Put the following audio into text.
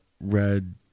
red